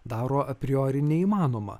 daro apriori neįmanoma